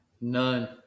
None